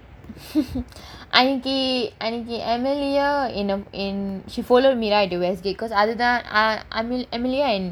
அன்னிக்கி அன்னிக்கி:annikki annikki amelia என்ன என்:enna en she follow me to the westgate because and I are the ones